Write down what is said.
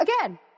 Again